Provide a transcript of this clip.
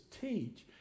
teach